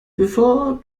bevor